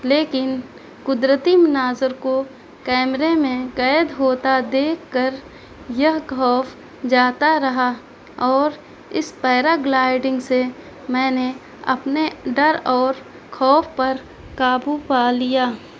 لیکن قدرتی مناظر کو کیمرے میں قید ہوتا دیکھ کر یہ خوف جاتا رہا اور اس پیراگلائڈنگ سے میں نے اپنے ڈر اور خوف پر قابو پا لیا